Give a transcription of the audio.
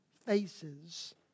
faces